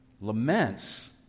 Laments